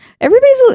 everybody's